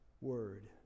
word